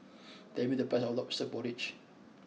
tell me the price of Lobster Porridge